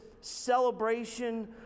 celebration